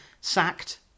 sacked